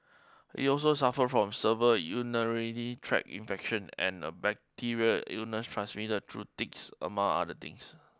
it also suffered from server urinary tract infection and a bacterial illness transmitted through ticks among other things